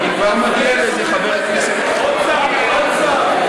אני כבר מגיע לזה, חבר הכנסת, עוד שר ועוד שר.